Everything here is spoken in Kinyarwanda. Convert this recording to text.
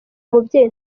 mubyeyi